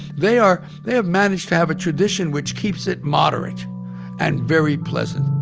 they are they have managed to have a tradition which keeps it moderate and very pleasant